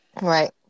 Right